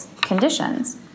conditions